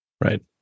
Right